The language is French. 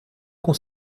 qu’on